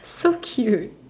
so cute